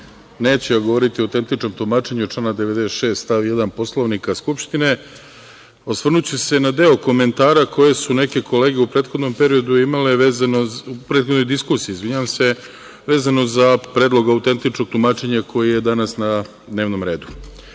Neću ja govoriti o autentičnom tumačenju člana 96. stav 1. Poslovnika Skupštine. Osvrnuću se na deo komentara koje su neke kolege u prethodnoj diskusiji imale vezano za Predlog autentičnog tumačenja koje je danas na dnevnom redu. Moram